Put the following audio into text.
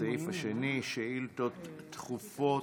הסעיף השני, שאילתות דחופות.